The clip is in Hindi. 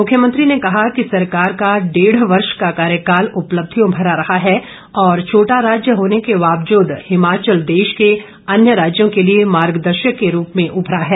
मुख्यमंत्री ने कहा कि सरकार का डेढ वर्ष का कार्यकाल उपलब्धियों भरा रहा है और छोटा राज्य होने के बावजूद हिमाचल देश के अन्य राज्यों के लिए मार्गदर्शक के रूप में उमरा है